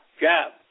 job